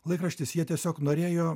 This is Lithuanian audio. laikraštis jie tiesiog norėjo